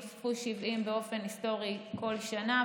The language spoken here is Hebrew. נוספו 70 באופן היסטורי כל שנה,